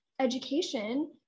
education